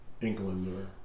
England